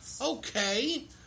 Okay